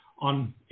on